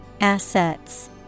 Assets